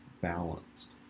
balanced